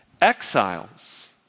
exiles